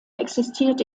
existiert